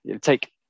take